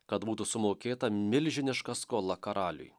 kad būtų sumokėta milžiniška skola karaliui